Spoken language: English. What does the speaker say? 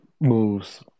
moves